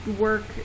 work